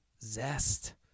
zest